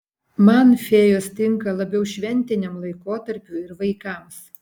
man fėjos tinka labiau šventiniam laikotarpiui ir vaikams